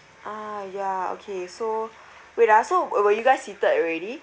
ah ya okay so wait ah so were were you guys seated already